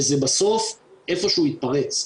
וזה בסוף איפשהו יתפרץ,